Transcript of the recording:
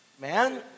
Man